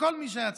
לכל מי שהיה צריך.